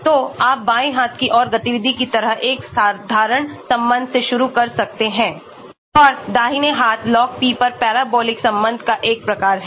तो आप बाएं हाथ की ओर गतिविधि की तरह एक साधारण संबंध से शुरू कर सकते हैं और दाहिने हाथ log p पर parabolic संबंध का एक प्रकार है